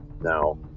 now